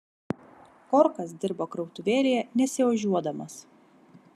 korkas dirbo krautuvėlėje nesiožiuodamas